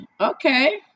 Okay